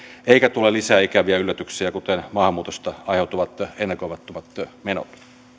eikä tule lisää ikäviä yllätyksiä kuten maahanmuutosta aiheutuvat ennakoimattomat menot